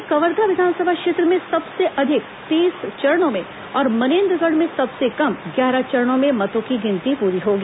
प्रदेश में कवर्धा विधानसभा क्षेत्र में सबसे अधिक तीस चरणों में और मनेन्द्रगढ़ में सबसे कम ग्यारह चरणों में मतों की गिनती पूरी होगी